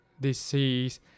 disease